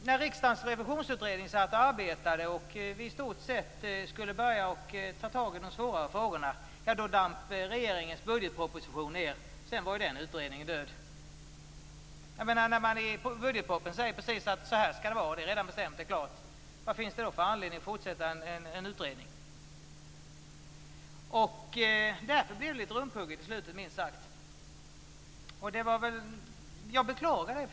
När riksdagens revisionsutredning arbetade och vi i stort sett skulle börja ta tag i de svårare frågorna damp regeringens budgetproposition ned. Sedan var den utredningen död. När man i budgetpropositionen säger att så här skall det vara, det är redan bestämt, det är klart, vad finns det då för anledning att fortsätta en utredning? Därför blev det minst sagt rumphugget på slutet. Jag beklagar det.